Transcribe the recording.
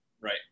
Right